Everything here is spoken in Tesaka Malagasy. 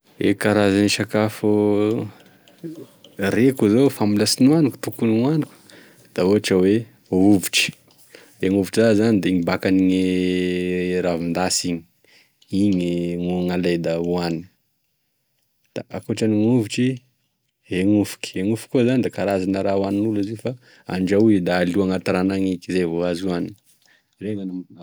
E karazan'e sakafo reko izao fa mbola sy nohaniko kanefa tokony hoaniko da ohatra hoe ovitry, gn'ovitry zany da igny bakan'e ravindasy igny, igny no gn'alay da hoany, da akoatrin'e ovitry da gn'ofiky,e gn'ofiky koa zany da karazana raha hoanin'olo fa handrahoy da alo agnaty rano agny eky va azo oany, zay gn'any amign'any.